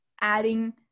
adding